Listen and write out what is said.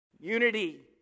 unity